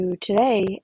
today